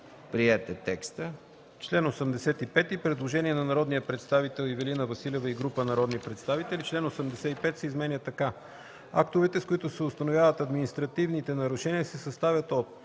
КУРУМБАШЕВ: Член 85 – предложение на народния представител Ивелина Василева и група народни представители: Член 85 се изменя така: „Чл. 85. (1) Актовете, с които се установяват административните нарушения, се съставят от: